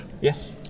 Yes